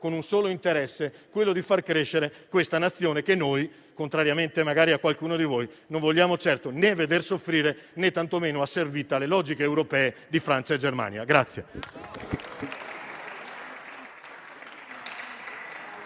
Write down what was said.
con il solo interesse, di far crescere questa Nazione che noi - contrariamente magari a qualcuno di voi - non vogliamo certo vedere né soffrire né tantomeno asservita alle logiche europee di Francia e Germania.